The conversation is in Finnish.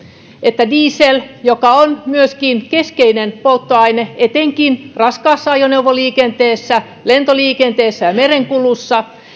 että meillä on autoilun osalta myös vaihtoehtoisia polttoaineita käytettävissä koska dieselin joka on keskeinen polttoaine etenkin raskaassa ajoneuvoliikenteessä lentoliikenteessä ja merenkulussa